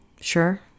sure